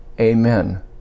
Amen